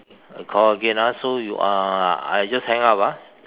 I call again ah so you uh I just hang up ah